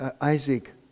Isaac